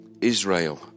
Israel